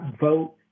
vote